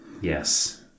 Yes